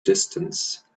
distance